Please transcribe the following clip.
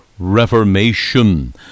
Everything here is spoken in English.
Reformation